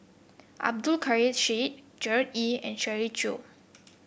Abdul Kadir Syed Gerard Ee and Shirley Chew